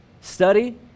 Study